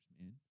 man